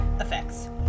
effects